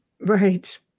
Right